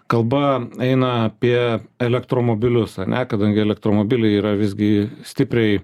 kalba eina apie elektromobilius ar ne kadangi elektromobiliai yra visgi stipriai